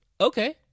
Okay